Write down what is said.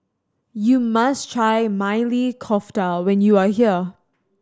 you must try Maili Kofta when you are here